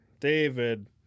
David